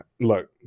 Look